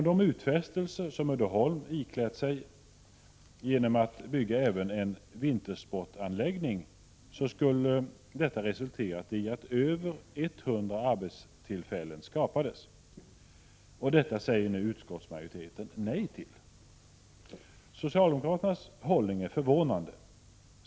De utfästelser som Uddeholm iklätt sig genom att lova att bygga även en vintersportanläggning skulle resultera i att över 100 arbetstillfällen skapades. Detta säger nu utskottsmajoriteten nej till. Socialdemokraternas hållning är förvånande.